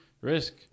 risk